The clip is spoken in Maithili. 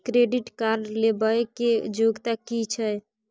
क्रेडिट कार्ड लेबै के योग्यता कि छै?